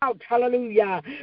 hallelujah